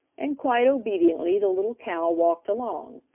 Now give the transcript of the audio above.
and quite obediently the little cow walked along.